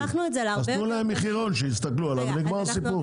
לכן תנו להם מחירון שיסתכלו עליו ונגמר הסיפור.